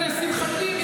ולשמחתי,